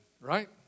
Right